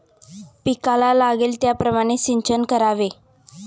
पिकाला लागेल त्याप्रमाणे सिंचन करावे